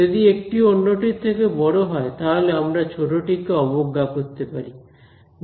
যদি একটি অন্যটির থেকে বড় হয় তাহলে আমরা ছোট টি কে অবজ্ঞা করতে পারি